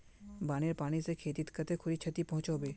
बानेर पानी से खेतीत कते खुरी क्षति पहुँचो होबे?